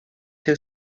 two